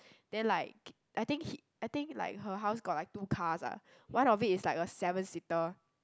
then like I think he I think like her house got like two cars ah one of it is like a seven seater